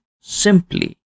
simply